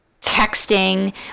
texting